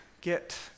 Get